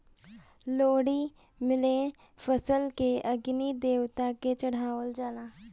लोहड़ी में फसल के अग्नि देवता के चढ़ावल जाला